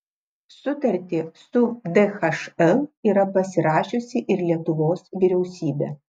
sutartį su dhl yra pasirašiusi ir lietuvos vyriausybė